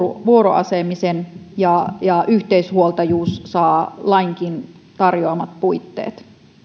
vuoroasumisen ja ja yhteishuoltajuus saa lainkin tarjoamat puitteet